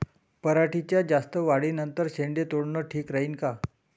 पराटीच्या जास्त वाढी नंतर शेंडे तोडनं ठीक राहीन का?